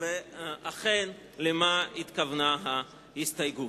ואכן למה התכוונה ההסתייגות.